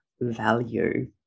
value